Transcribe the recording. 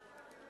אם כן,